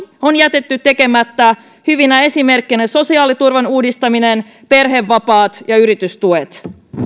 on jätetty tekemättä hyvinä esimerkkeinä sosiaaliturvan uudistaminen perhevapaat ja yritystuet